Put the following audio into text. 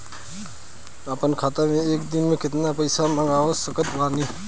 अपना खाता मे एक दिन मे केतना पईसा मँगवा सकत बानी?